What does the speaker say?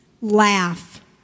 Laugh